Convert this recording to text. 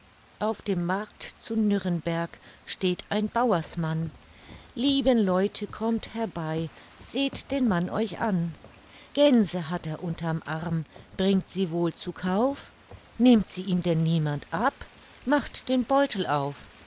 auf dem markt zu nürrenberg steht ein bauersmann lieben leute kommt herbei seht den mann euch an gänse hat er unterm arm bringt sie wohl zu kauf nimmt sie ihm denn niemand ab macht den beutel auf